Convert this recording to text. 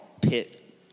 pit